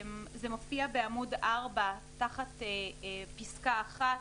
זה מופיע בעמוד 4 תחת פסקה (1)